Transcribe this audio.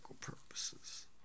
purposes